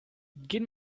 gehen